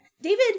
David